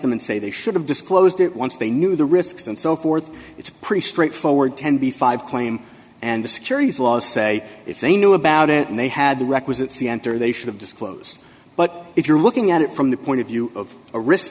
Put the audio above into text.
them and say they should have disclosed it once they knew the risks and so forth it's pretty straightforward tenby five claim and the securities laws say if they knew about it and they had the requisite see enter they should have disclosed but if you're looking at it from the point of view of a risk